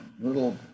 little